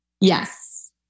Yes